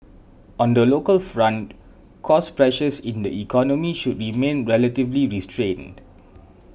on the local front cost pressures in the economy should remain relatively restrained